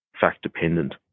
fact-dependent